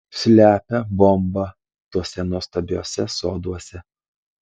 slepia bombą tuose nuostabiuose soduose